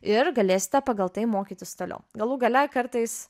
ir galėsite pagal tai mokytis toliau galų gale kartais